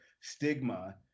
stigma